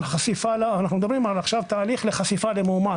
אנחנו מדברים עכשיו על תהליך חשיפה למאומת,